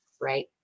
right